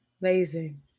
Amazing